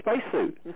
spacesuit